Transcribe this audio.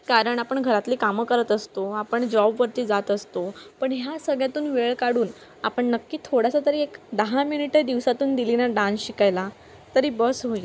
कारण आपण घरातली कामं करत असतो आपण जॉबवरती जात असतो पण ह्या सगळ्यातून वेळ काढून आपण नक्की थोडासा तरी एक दहा मिनिटं दिवसातून दिली ना डान्स शिकायला तरी बस होईल